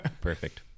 Perfect